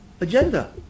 agenda